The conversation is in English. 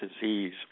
disease